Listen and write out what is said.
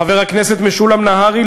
חבר הכנסת משולם נהרי,